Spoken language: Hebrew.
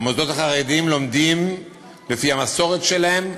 המוסדות החרדיים לומדים לפי המסורת שלהם,